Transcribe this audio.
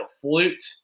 flute